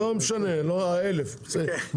לא משנה, ה-1000, בסדר?